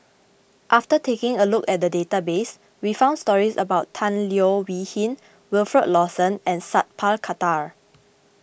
after taking a look at the database we found stories about Tan Leo Wee Hin Wilfed Lawson and Sat Pal Khattar